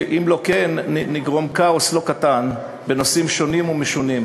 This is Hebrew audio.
שאם לא כן נגרום כאוס לא קטן בנושאים שונים ומשונים.